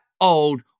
old